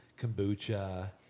kombucha